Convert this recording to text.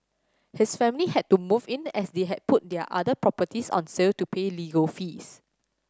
his family had to move in as they had put their other properties on sale to pay legal fees